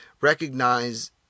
recognize